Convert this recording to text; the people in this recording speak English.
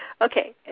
Okay